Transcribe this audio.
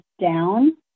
down